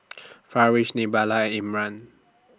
Farish Nabila Imran